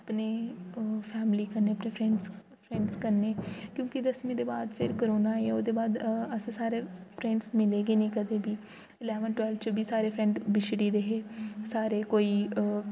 अपने फैमिली कन्नै अपने फ्रेंड्स कन्नै क्योंकि दसमी दे बाद फ़ेर कोरोना आई गेआ ओह्दे बाद अस सारे फ्रेंड्स मिले गै नि कदें बी इलेवेंथ टवेल्थ च बी सारे फ्रेंड बिछड़ी गेदे हे सारे कोई